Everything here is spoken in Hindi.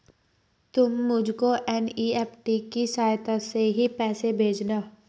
तुम मुझको एन.ई.एफ.टी की सहायता से ही पैसे भेजना